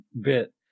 bit